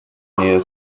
near